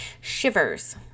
shivers